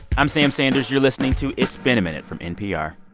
i'm sam sanders. you're listening to it's been a minute from npr